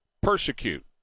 persecute